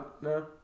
no